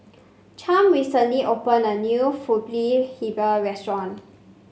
Champ recently opened a new pulut Hitam Restaurant